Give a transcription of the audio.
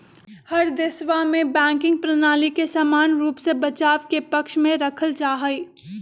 हर देशवा में बैंकिंग प्रणाली के समान रूप से बचाव के पक्ष में रखल जाहई